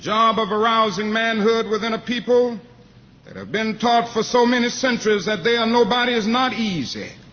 job of arousing manhood within a people that have been taught for so many centuries that they are nobody is not easy.